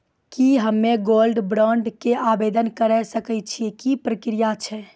की हम्मय gold bond के आवदेन करे सकय छियै, की प्रक्रिया छै?